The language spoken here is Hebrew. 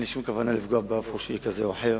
אין לי שום כוונה לפגוע באף ראש עיר כזה או אחר